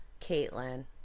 Caitlin